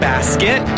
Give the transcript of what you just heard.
basket